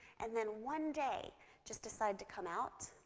and then one day just decide to come out,